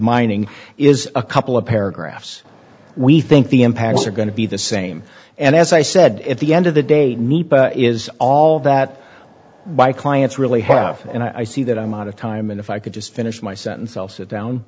mining is a couple of paragraphs we think the impacts are going to be the same and as i said at the end of the day is all that my clients really have and i see that i'm out of time and if i could just finish my sentence i'll sit down